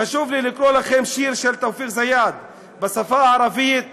חשוב לי לקרוא לכם שיר של תאופיק זיאד בשפה הערבית,